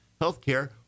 Healthcare